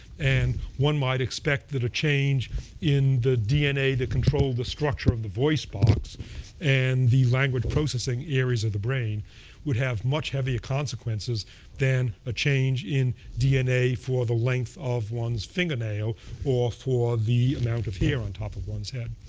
and one might expect that a change in the dna that control the structure of the voice box and the language processing areas of the brain would have much heavier consequences than a change in dna for the length of one's fingernail or for the amount of hair on top of one's head.